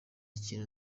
kintu